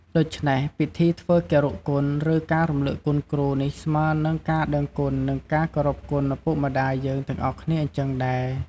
ដូច្នេះធ្វើពិធីគរុគុណ ឬ ការរំលឹកគុណគ្រូនេះស្មើរ និងការដឹងគុណនិងការគោរពគុណឪពុកម្តាយយើងទាំងអស់គ្នាអញ្ចឹងដែរ។